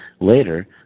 Later